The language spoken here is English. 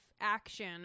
action